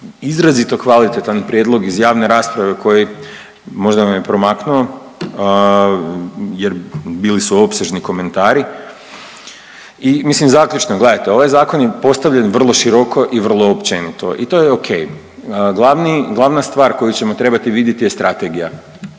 izrazito kvalitetan prijedlog iz javne rasprave koji možda vam je promaknuo jer bili su opsežni komentari. I mislim zaključno, gledajte ovaj zakon je postavljen vrlo široko i vrlo općenito i to je ok. Glavni, glavna stvar koju ćemo trebati vidjeti je strategija.